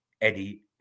Eddie